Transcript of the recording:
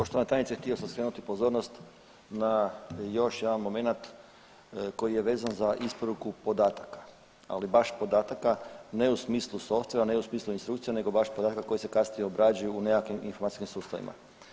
Poštovana tajnice htio sam skrenuti pozornost na još jedan momenat koji je vezan za isporuku podataka, ali baš podataka ne u smislu softvera ne u smislu …/nerazumljivo/… nego baš podataka koji se kasnije obrađuju u nekakvim informacijskim sustavima.